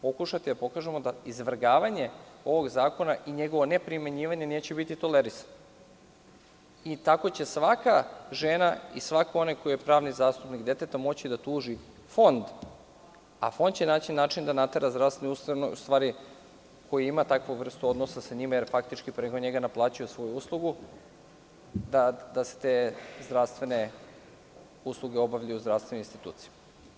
Pokušaćemo da pokažemo da izvrgavanje ovog zakona i njegovo neprimenjivanje neće biti tolerisano i tako će svaka žena i svaki onaj koji je pravni zastupnik deteta moći da tuži Fond, a Fond će naći način da natera zdravstvene ustanove, u stvari, koji ima takvu vrstu odnosa sa njima, jer faktički preko njega naplaćuje svoju uslugu, da se te zdravstvene usluge obavljaju u zdravstvenim institucijama.